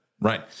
Right